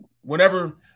whenever